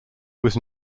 was